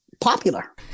Popular